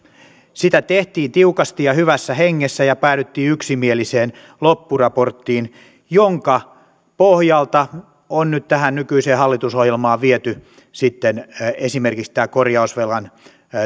sitä tehtiin tiukasti ja hyvässä hengessä ja päädyttiin yksimieliseen loppuraporttiin jonka pohjalta on nyt tähän nykyiseen hallitusohjelmaan viety esimerkiksi tämä korjausvelan